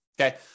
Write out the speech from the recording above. Okay